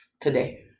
today